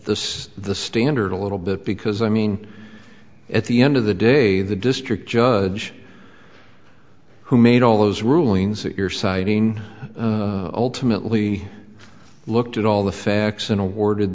this the standard a little bit because i mean at the end of the day the district judge who made all those rulings that you're citing ultimately looked at all the facts and awarded